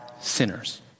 sinners